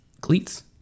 Cleats